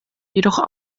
jedoch